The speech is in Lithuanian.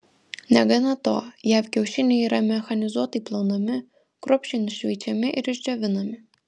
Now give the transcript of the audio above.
negana to jav kiaušiniai yra mechanizuotai plaunami kruopščiai nušveičiami ir išdžiovinami